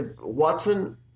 Watson